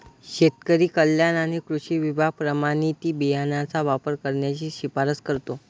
शेतकरी कल्याण आणि कृषी विभाग प्रमाणित बियाणांचा वापर करण्याची शिफारस करतो